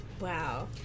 Wow